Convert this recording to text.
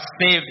saved